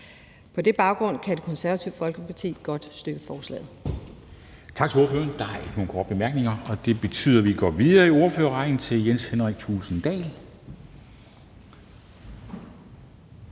På den baggrund kan Det Konservative Folkeparti godt støtte forslaget.